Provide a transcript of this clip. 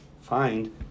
find